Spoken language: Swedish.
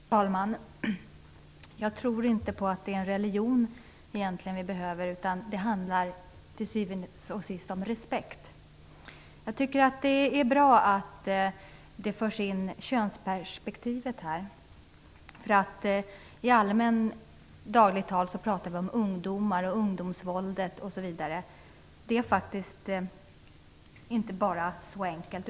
Fru talman! Jag tror inte att det egentligen är en religion vi behöver utan att det till syvende och sist handlar om respekt. Det är bra att könsperspektivet förs in i debatten. I allmänt dagligt tal pratar vi om ungdomar och om ungdomsvåldet osv. Det är faktiskt inte så enkelt.